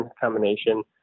combination